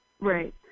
Right